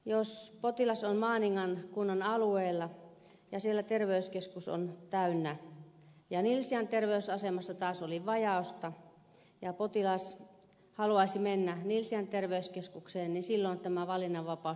jos potilas on maaningan kunnan alueella ja siellä terveyskeskus on täynnä ja nilsiän terveysasemalla taas on vajausta ja potilas haluaisi mennä nilsiän terveyskeskukseen silloin tämä valinnanvapaus toteutuu